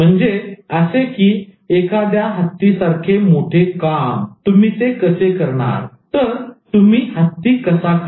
म्हणजे असे की एखाद्या हत्तीसारखे मोठे तुम्ही ते कसे खाणार